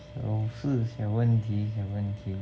下事小问题小问题